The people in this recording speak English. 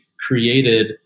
Created